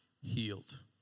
healed